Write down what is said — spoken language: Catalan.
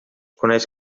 coneix